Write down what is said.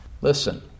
Listen